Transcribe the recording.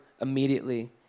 immediately